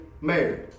married